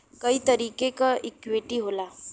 कई तरीके क इक्वीटी होला